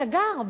סגר,